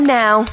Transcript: now